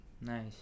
Nice